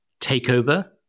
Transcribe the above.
Takeover